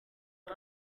but